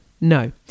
No